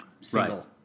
single